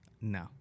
No